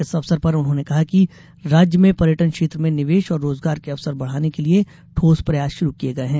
इस अवसर पर उन्होंने कहा कि राज्य में पर्यटन क्षेत्र में निवेश और रोजगार के अवसर बढ़ाने के लिये ठोस प्रयास शुरू किये गये हैं